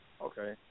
Okay